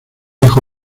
hijo